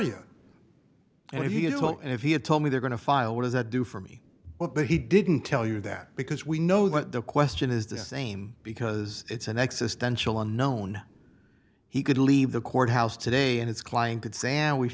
ia and if he is well and if he had told me they're going to file what does that do for me but he didn't tell you that because we know that the question is the same because it's an existential unknown he could leave the courthouse today and his client could sam we've